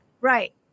Right